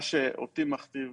מה שאותי מכתיב